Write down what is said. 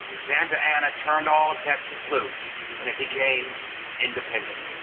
santa anna turned all of texas loose and it became independent.